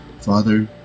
father